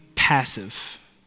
passive